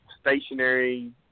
stationary